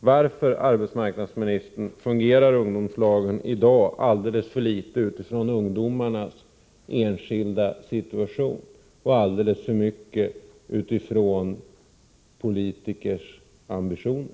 Varför, arbetsmarknadsministern, fungerar ungdomslagen i dag alldeles för litet utifrån ungdomarnas enskilda situation och alldeles för mycket utifrån politikers ambitioner?